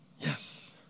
Yes